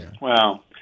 Wow